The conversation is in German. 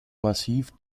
massiv